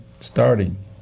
starting